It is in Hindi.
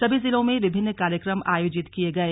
सभी जिलों में विभिन्न कार्यक्रम आयोजित किये गये